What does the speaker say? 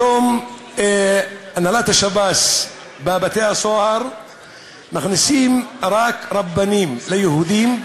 היום הנהלת השב"ס מכניסה לבתי-הסוהר רק רבנים ליהודים,